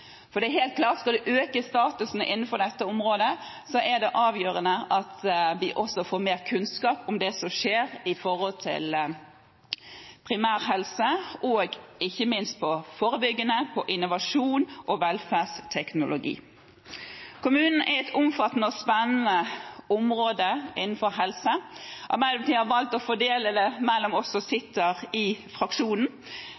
for det er helt klart at skal vi øke statusen innenfor dette området, er det avgjørende at vi også får mer kunnskap om det som skjer innen primærhelse, ikke minst når det gjelder det forebyggende, innovasjon og velferdsteknologi. Kommunen er et omfattende og spennende område innenfor helse. Arbeiderpartiet har valgt å fordele det mellom oss som sitter i fraksjonen.